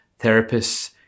therapists